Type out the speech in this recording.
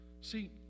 See